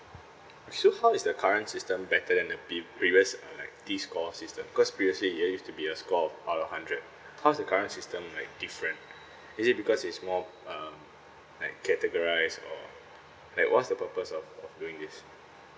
so how is the current system better than the pre~ previous uh like this score system cause previously yeah used to be a score of out of hundred how's the current system like different is it because it's more um Iike categorised or like what's the purpose of doing this